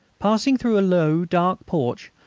passing through a low, dark porch,